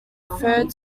referred